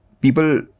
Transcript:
people